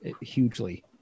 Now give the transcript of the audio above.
hugely